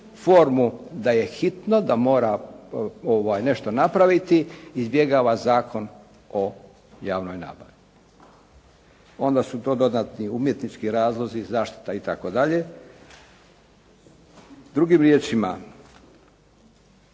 formu da je hitno, da mora nešto napraviti izbjegava Zakon o javnoj nabavi. Onda su to dodatni umjetnički razlozi zaštita itd. Drugim riječima,